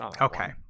Okay